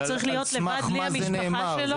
הוא צריך להיות לבד, בלי המשפחה שלו?